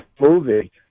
movie